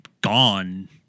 gone